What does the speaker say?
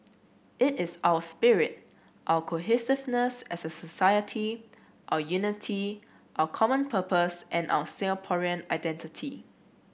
it is our spirit our cohesiveness as a society our unity our common purpose and our Singaporean identity